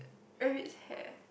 rabbit's hair